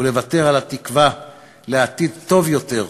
ולוותר על התקווה לעתיד טוב יותר.